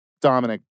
Dominic